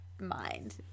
mind